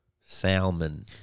Salmon